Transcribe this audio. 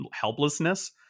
helplessness